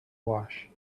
wash